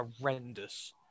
horrendous